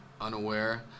unaware